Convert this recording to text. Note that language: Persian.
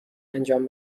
انجام